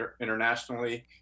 internationally